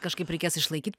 kažkaip reikės išlaikyt